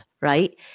right